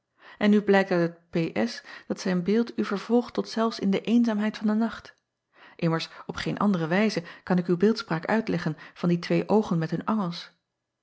en nu blijkt uit het p scr dat zijn beeld u vervolgt tot zelfs in de eenzaamheid van den nacht immers op geen andere wijze kan ik uw beeldspraak uitleggen van die twee oogen met hun angels